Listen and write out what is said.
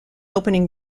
opening